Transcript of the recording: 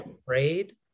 afraid